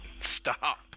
stop